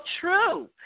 true